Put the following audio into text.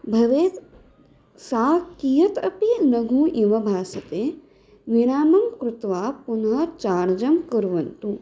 भवेत् सा कियत् अपि लघु इव भासते विरामं कृत्वा पुनः चार्जं कुर्वन्तु